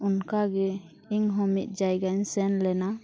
ᱚᱱᱠᱟᱜᱮ ᱤᱧᱦᱚᱸ ᱢᱤᱫ ᱡᱟᱭᱜᱟᱧ ᱥᱮᱱ ᱞᱮᱱᱟ